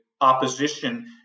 opposition